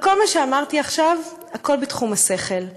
אבל כל מה שאמרתי עכשיו, הכול בתחום השכל.